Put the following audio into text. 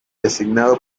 designado